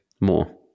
more